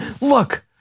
look